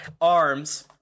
arms